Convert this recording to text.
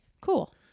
cool